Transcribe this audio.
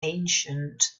ancient